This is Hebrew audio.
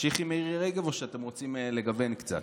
להמשיך עם מירי רגב או שאתם רוצים לגוון קצת?